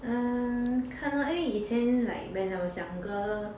mm 看 lor 因为以前 like when I was younger